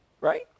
right